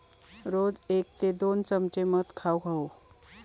रोज एक ते दोन चमचे मध खाउक हवो